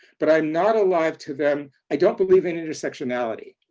but i'm not alive to them i don't believe in intersectionality,